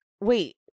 Wait